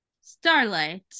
Starlight